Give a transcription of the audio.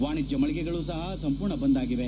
ವಾಣಿಜ್ಞ ಮಳಿಗೆಗಳು ಸಹ ಸಂಪೂರ್ಣ ಬಂದ್ ಆಗಿದೆ